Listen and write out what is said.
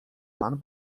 pan